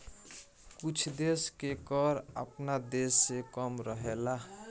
कुछ देश के कर आपना देश से कम रहेला